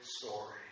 story